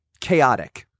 chaotic